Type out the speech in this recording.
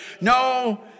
No